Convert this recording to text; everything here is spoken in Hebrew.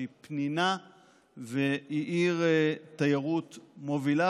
שהיא פנינה והיא עיר תיירות מובילה.